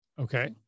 Okay